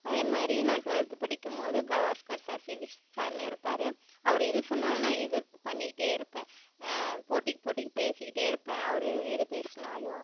அதேமாதிரி நான் டுவல்த்து படிக்கும்போது கவாஸ்கர் சார் ஃபிசிக்ஸ் சார்ன்னு இருப்பார் அவர் எது சொன்னாலும் நான் எதிர் பண்ணிட்டே இருப்பேன் போட்டிக்கு போட்டிக்கு பேசிக்கிட்டே இருப்பேன் அவர் எது பேசினாலும்